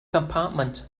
compartment